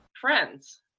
Friends